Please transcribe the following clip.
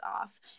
off